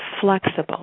flexible